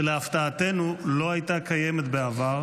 שלהפתעתנו לא הייתה קיימת בעבר,